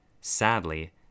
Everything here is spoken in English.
Sadly